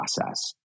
process